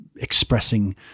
expressing